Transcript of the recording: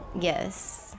Yes